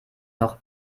noch